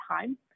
time